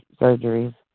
surgeries